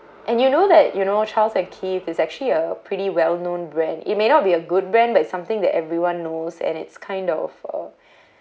and you know that you know charles and keith is actually a pretty well known brand it may not be a good brand but it's something that everyone knows and it's kind of uh